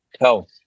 health